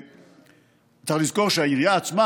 צריך לזכור שהעירייה עצמה,